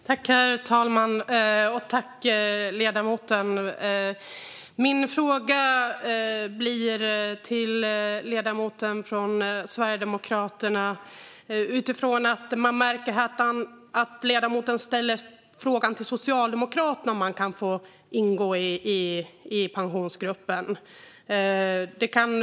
Herr talman! Jag har en fråga till Sverigedemokraternas ledamot eftersom jag märker att han ställer frågan om man kan få ingå i Pensionsgruppen till Socialdemokraterna.